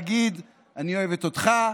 להגיד: אני אוהבת אותך,